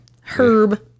Herb